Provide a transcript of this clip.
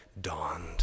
dawned